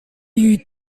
you